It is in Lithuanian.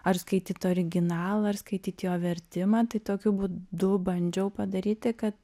ar skaityt originalą ar skaityt jo vertimą tai tokiu būdu bandžiau padaryti kad